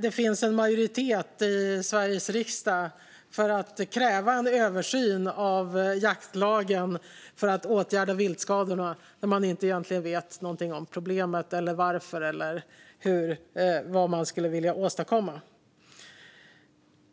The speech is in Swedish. det finns en majoritet i Sveriges riksdag för att kräva en översyn av jaktlagen för att åtgärda viltskadorna, när man egentligen inte vet något om problemet, varför en översyn bör göras eller vad man skulle vilja åstadkomma.